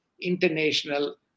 international